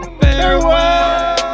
Farewell